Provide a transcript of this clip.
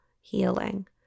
healing